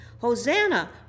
Hosanna